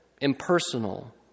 impersonal